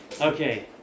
Okay